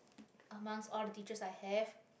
amongst all the teachers I have